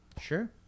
sure